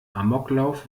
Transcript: amoklauf